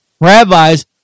rabbis